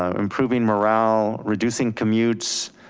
um improving morale, reducing commutes.